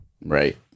right